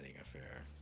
Affair